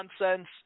nonsense